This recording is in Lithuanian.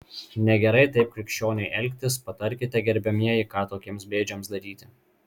negerai taip krikščioniui elgtis patarkite gerbiamieji ką tokiems bėdžiams daryti